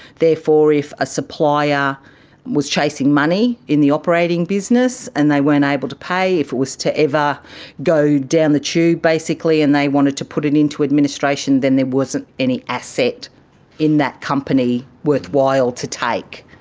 therefore if a supplier was chasing money in the operating business and they weren't able to pay, if it was to ever go down the tube, basically, and they wanted to put it into administration, then there wasn't any asset in that company worthwhile to take.